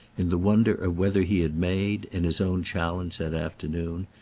in the wonder of whether he had made, in his own challenge that afternoon,